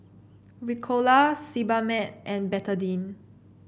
Ricola Sebamed and Betadine